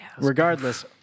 regardless